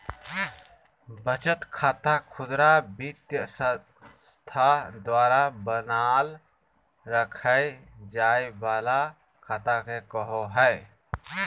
बचत खाता खुदरा वित्तीय संस्था द्वारा बनाल रखय जाय वला खाता के कहो हइ